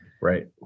right